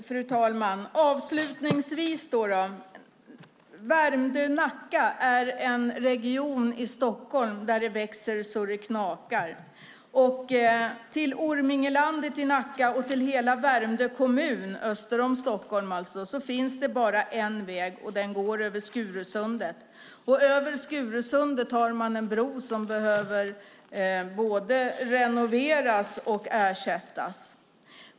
Fru talman! Avslutningsvis: Nacka-Värmdö är en region i Stockholm där det växer så det knakar. Till Ormingelandet i Nacka och hela Värmdö kommun, öster om Stockholm alltså, finns det bara en väg, och den går över Skurusundet. Över Skurusundet har man en bro som behöver både renoveras och ersättas.